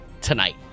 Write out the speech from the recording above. tonight